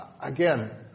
again